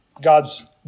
God's